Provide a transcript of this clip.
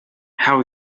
hell